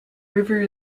river